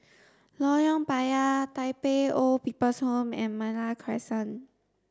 Lorong Payah Tai Pei Old People's Home and Malta Crescent